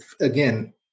again